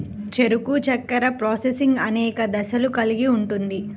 చెరకు చక్కెర ప్రాసెసింగ్ అనేక దశలను కలిగి ఉంటుంది